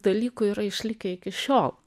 dalykų yra išlikę iki šiol